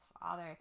father